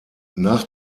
nach